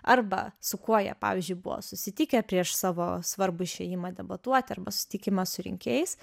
arba su kuo jie pavyzdžiui buvo susitikę prieš savo svarbų išėjimą debatuoti arba susitikimą su rinkėjais